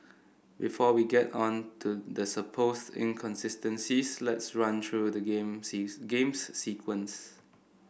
before we get on to the supposed inconsistencies let's run through the game sees game's sequence